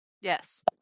Yes